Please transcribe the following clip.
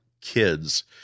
kids